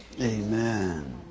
Amen